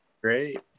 great